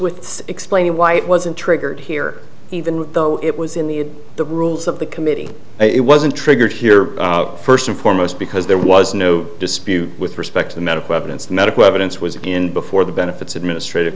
with explaining why it wasn't triggered here even though it was in the the rules of the committee it wasn't triggered here first and foremost because there was no dispute with respect to the medical evidence the medical evidence was in before the benefits administrative